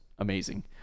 amazing